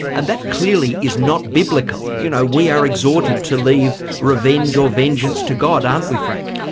and that clearly is not biblical. you know, we are exhorted to leave revenge or vengeance to god, aren't we, frank?